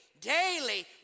Daily